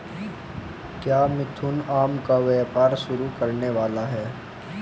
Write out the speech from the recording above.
क्या मिथुन आम का व्यापार शुरू करने वाला है?